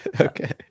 Okay